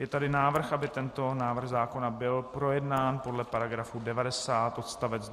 Je tady návrh, aby tento návrh zákona byl projednán podle § 90 odst.